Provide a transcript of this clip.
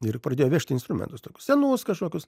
ir pradėjo vežti instrumentus tokius senus kažkokius